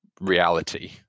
reality